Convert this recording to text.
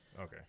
okay